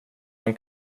han